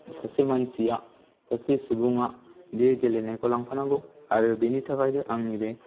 सासे मानसिया सासे सुबुङा बे गेलेनायखौ लांफानांगौ आरो बेनि थाखायनो आंनि बे